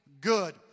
good